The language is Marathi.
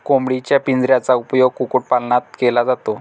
कोंबडीच्या पिंजऱ्याचा उपयोग कुक्कुटपालनात केला जातो